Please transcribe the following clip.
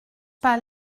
pas